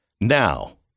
Now